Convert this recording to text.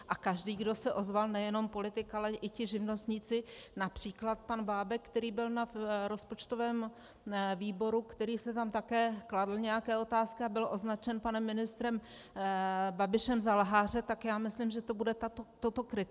A každý, kdo se ozval, nejenom politik, ale i ti živnostníci, například pan Bábek, který byl na rozpočtovém výboru, který si tam také kladl nějaké otázky a byl označen panem ministrem Babišem za lháře, tak já myslím, že to bude toto kritérium.